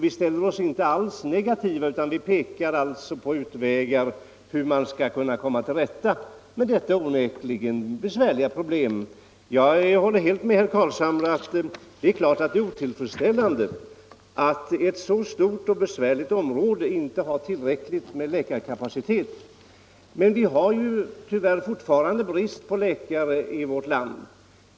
Vi ställer oss inte alls negativa, utan vi pekar på olika utvägar för att komma till rätta med detta onekligen besvärliga problem. Jag håller helt med herr Carlshamre om att det är otillfredsställande att ett så stort och besvärligt område inte har tillräckligt med läkarkapacitet. Men vi har tyvärr fortfarande brist på läkare i vårt land.